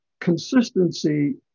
consistency